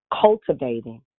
cultivating